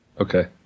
okay